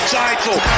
title